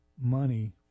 money